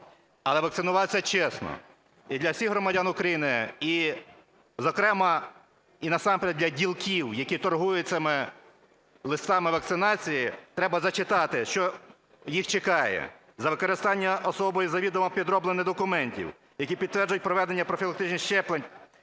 Але вакцинуватися чесно. І для всіх громадян України, і, зокрема, і насамперед для ділків, які торгують саме листами вакцинації, треба зачитати, що їх чекає. "За використання особою завідомо підроблених документів, які підтверджують проведення профілактичних щеплень,